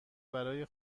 برای